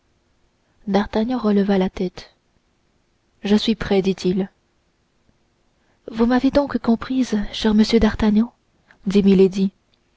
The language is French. d'artagnan releva la tête je suis prêt dit-il vous m'avez donc comprise cher monsieur d'artagnan dit